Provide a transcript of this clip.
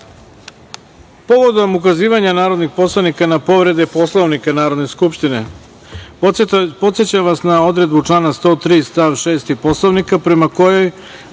celini. Povodom ukazivanja narodnih poslanika na povrede Poslovnika Narodne skupštine, podsećam vas na odredbu člana 103. stav 6. Poslovnika prema kojoj